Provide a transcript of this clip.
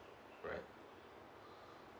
right